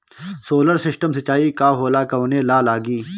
Solar system सिचाई का होला कवने ला लागी?